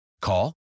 Call